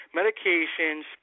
medications